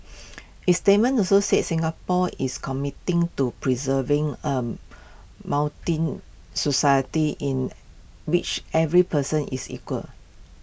its statement also said Singapore is committing to preserving A moulting society in which every person is equal